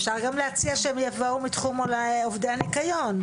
אפשר גם להציע שיבואו מתחום אולי עובדי הניקיון.